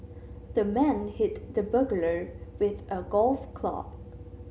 the man hit the burglar with a golf club